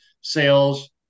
sales